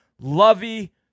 Lovey